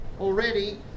already